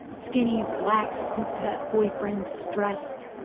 skinny, relaxed, bootcut, boyfriend, distressed.